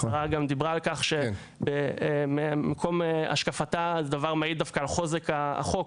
השרה גם דיברה על כך שממקום השקפתה הדבר מעיד דווקא על חוזק החוק,